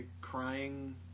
crying